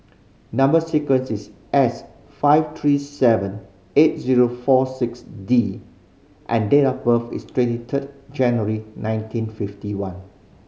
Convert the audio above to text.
number sequence is S five three seven eight zero four six D and date of birth is twenty third January nineteen fifty one